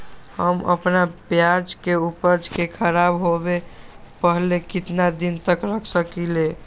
हम अपना प्याज के ऊपज के खराब होबे पहले कितना दिन तक रख सकीं ले?